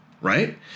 right